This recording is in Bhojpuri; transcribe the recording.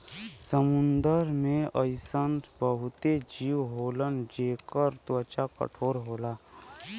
समुंदर में अइसन बहुते जीव होलन जेकर त्वचा कठोर होला